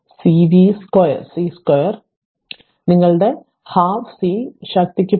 അതിനാൽ നിങ്ങളുടെ പകുതി സി ശക്തിക്ക് 0